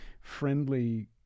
friendly